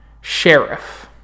sheriff